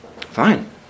fine